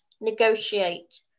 negotiate